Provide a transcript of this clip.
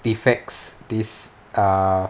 defects these err